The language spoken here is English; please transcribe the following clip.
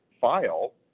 file